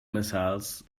missiles